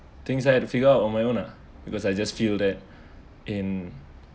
things I had to figure out on my own lah because I just feel that in